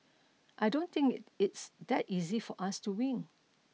I don't think it's that easy for us to win